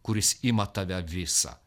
kuris ima tave visą